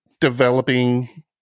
developing